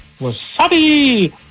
wasabi